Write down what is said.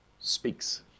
speaks